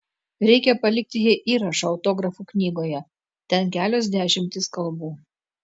reikia palikti jai įrašą autografų knygoje ten kelios dešimtys kalbų